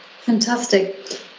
fantastic